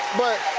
but,